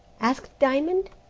asked diamond.